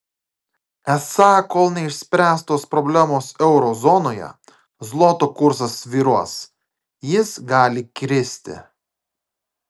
esą kol neišspręstos problemos euro zonoje zloto kursas svyruos jis gali kristi